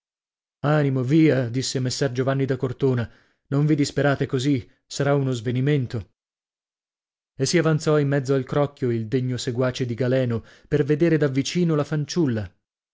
animo via disse messer giovanni da cortona non vi disperate così sarà uno svenimento e si avanzò in mezzo al crocchio il degno seguace di galeno per vedere da vicino la fanciulla